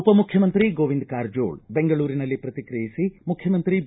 ಉಪಮುಖ್ಯಮಂತ್ರಿ ಗೋವಿಂದ ಕಾರಜೋಳ ಬೆಂಗಳೂರಿನಲ್ಲಿ ಪ್ರತಿಕ್ರಿಯಿಸಿ ಮುಖ್ಯಮಂತ್ರಿ ಬಿ